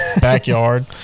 Backyard